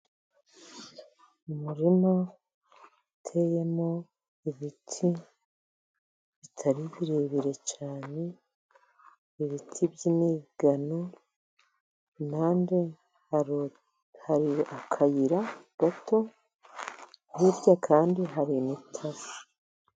Umurima uteyemo ibiti bitari birebire cyane, ibiti by'imigano, impande hari akayira gato, hirya kandi hari imitabo.